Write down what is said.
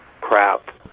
crap